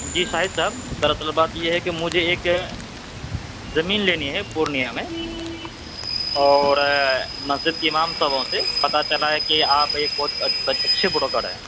جی شاہد صاحب در اصل بات یہ ہے کہ مجھے ایک زمین لینی ہے پورنیہ میں اور مسجد کے امام صاحب سے پتا چلا ہے کہ آپ ایک بہت اچھے بروکر ہیں